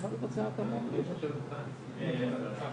מה קורה עם אישה שהיא לא אשכנזייה,